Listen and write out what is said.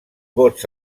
vots